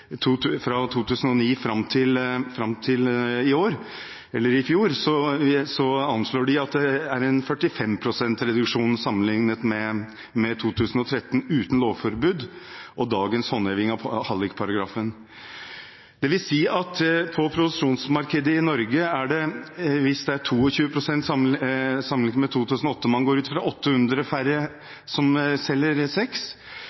fra 2009 og fram til i år eller i fjor, anslås det at det er en reduksjon på 45 pst. sammenlignet med 2013, uten lovforbud og dagens håndheving av hallikparagrafen. Det vil si at på prostitusjonsmarkedet i Norge er det – hvis det er 22 pst. sammenlignet med 2008 man går ut fra – 800 færre som selger sex.